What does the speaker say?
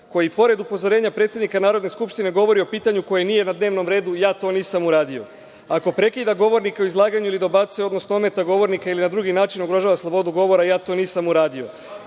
koji pored upozorenja predsednika Narodne skupštine govori o pitanju koje nije na dnevnom redu, ja to nisam uradio, ako prekida govornika u izlaganju ili dobacuje, odnosno ometa govornika ili na drugi način ugrožava slobodu govora, ja to nisam uradio,